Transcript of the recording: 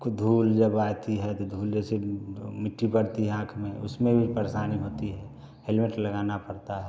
खूब धूल जब आती है तो धूल जैसे मिट्टी पड़ती है आँख में उसमें भी परेशानी होती है हेलमेट लगाना पड़ता है